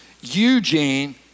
Eugene